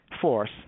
Fourth